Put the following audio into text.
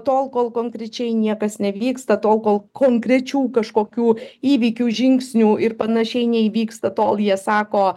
tol kol konkrečiai niekas nevyksta tol kol konkrečių kažkokių įvykių žingsnių ir panašiai neįvyksta tol jie sako